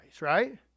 right